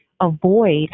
avoid